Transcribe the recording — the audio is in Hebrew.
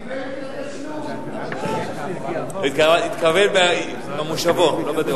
קיבל, התקרב במושבו, לא בדעותיו.